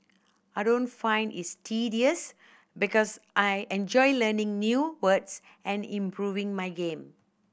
I don't find it's tedious because I enjoy learning new words and improving my game